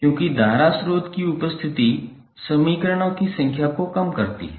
क्योंकि धारा स्रोत की उपस्थिति समीकरणों की संख्या को कम करती है